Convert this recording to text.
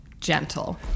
gentle